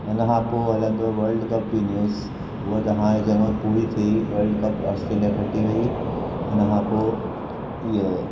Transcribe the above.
हुन खां पोइ हलंदो वर्ल्ड कप जी न्यूज़ उहा त हाणे चङो ई पूरी थी वर्ल्ड कप ऑस्ट्रेलिया खटे वई हुन खां पोइ इहो